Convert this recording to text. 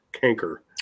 canker